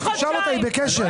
תשאל אותה, היא בקשב.